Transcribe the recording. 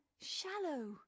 shallow